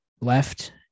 left